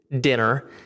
dinner